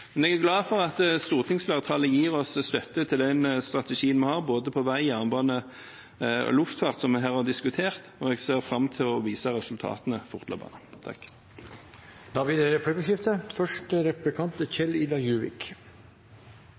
Men jeg er glad for at stortingsflertallet gir oss støtte til den strategien vi har, innenfor både vei, jernbane og luftfart, som vi her har diskutert. Jeg ser fram til å vise resultatene fortløpende. Det blir replikkordskifte. Som det er